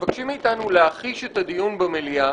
מבקשים מאתנו להחיש את הדיון במליאה,